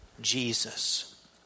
Jesus